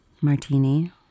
martini